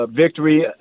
victory